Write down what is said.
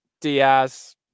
Diaz